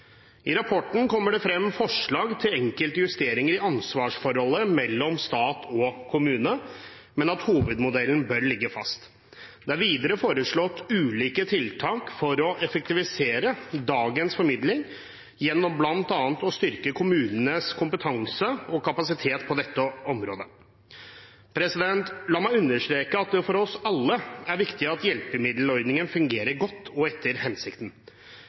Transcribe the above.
I rapporten kommer det frem forslag til enkelte justeringer i ansvarsforholdet mellom stat og kommune, men at hovedmodellen bør ligge fast. Det er videre foreslått ulike tiltak for å effektivisere dagens formidling gjennom bl.a. å styrke kommunenes kompetanse og kapasitet på dette området. La meg understreke at det for oss alle er viktig at hjelpemiddelordningen fungerer godt og etter hensikten.